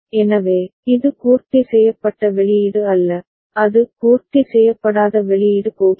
எனவே இது பூர்த்தி செய்யப்பட்ட வெளியீடு அல்ல அது பூர்த்தி செய்யப்படாத வெளியீடு போகிறது